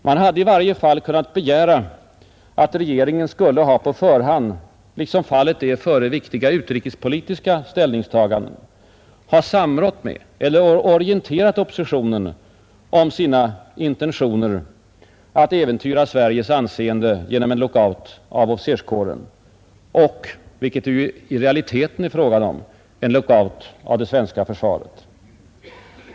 Man hade i varje fall kunnat begära att regeringen skulle på förhand, liksom fallet är före viktiga utrikespolitiska ställningstaganden, ha samrått med eller orienterat oppositionen om sina intentioner att äventyra Sveriges anseende genom en lockout av officerskåren och — vilket det i realiteten är fråga om — en lockout av det svenska försvaret.